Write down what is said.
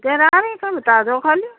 دای کتااز دو خالی